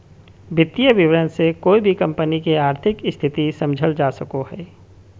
वित्तीय विवरण से कोय भी कम्पनी के आर्थिक स्थिति समझल जा सको हय